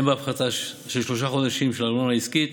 הן בהפחתה של שלושה חודשים בארנונה עסקית,